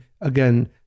again